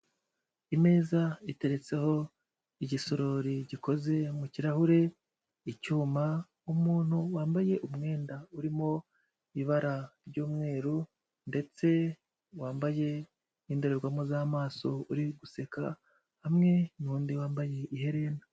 Imeza iteretseho igisorori gikoze mu kirahure, icyuma, umuntu wambaye umwenda urimo ibara ry'umweru ndetse wambaye indorerwamo z'amaso, uri guseka, hamwe n'undi wambaye iherena.